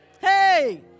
Hey